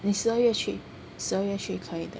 err 你十二月去十二月去可以的